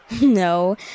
No